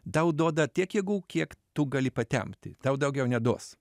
tau duoda tiek jėgų kiek tu gali patempti tau daugiau neduos